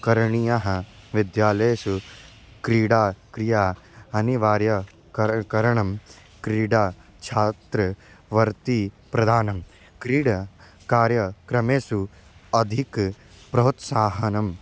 करणीयाः विद्यालयेषु क्रीडाक्रियायाः अनिवार्यताकरणं करणं क्रीडाछात्रवर्ती प्रधानं क्रीडकार्यक्रमेषु अधिकप्रोत्साहनं